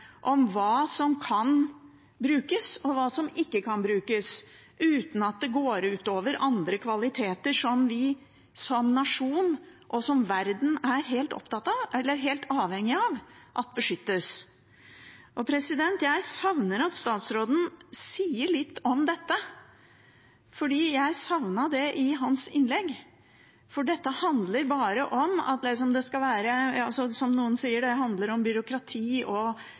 om hva som kan brukes, og hva som ikke kan brukes, uten at det går ut over andre kvaliteter som vi som nasjon og som verden er helt avhengige av beskyttes. Jeg savner at statsråden sier litt om dette, jeg savnet det i hans innlegg. Noen sier at dette bare handler om byråkrati og enkeltpolitikere som blir sinte. Nei, det handler ikke om det. Det handler om